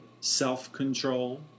self-control